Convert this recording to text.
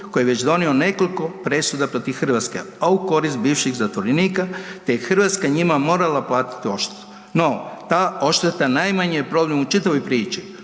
koji je donio već nekoliko presuda protiv Hrvatske, a u korist bivših zatvorenika te je Hrvatska njima morala platiti odštetu. No, ta odšteta je najmanji problem u čitavoj priči,